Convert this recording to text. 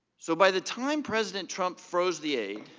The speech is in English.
so, by the time president trump froze the aid,